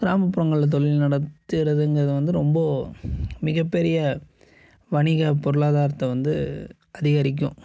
கிராமப்புறங்கள் தொழில் நடத்துறதுங்குறது வந்து ரொம்ப மிகப்பெரிய வணிக பொருளாதாரத்தை வந்து அதிகரிக்கும்